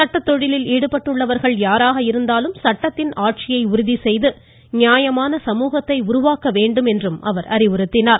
சட்டத்தொழிலில் ஈடுபட்டுள்ளவர்கள் யாராக இருந்தாலும் சட்டத்தின் ஆட்சியை உறுதி செய்து நியாயமான சமூகத்தை உருவாக்க வேண்டும் என்றும் அறிவுறுத்தினார்